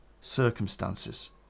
circumstances